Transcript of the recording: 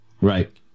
Right